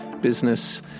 business